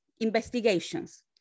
investigations